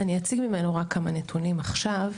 אני אציג ממנו רק כמה נתונים עכשיו.